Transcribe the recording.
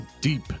deep